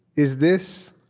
is this,